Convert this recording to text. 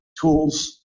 tools